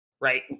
right